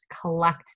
collect